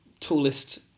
tallest